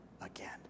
again